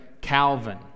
Calvin